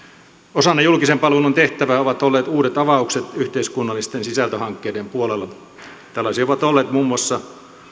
osana julkisen palvelun tehtävää ovat olleet uudet avaukset yhteiskunnallisten sisältöhankkeiden puolella tällaisia ovat olleet muun muassa